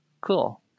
Cool